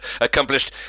accomplished